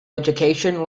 education